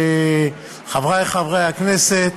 חברי חברי הכנסת,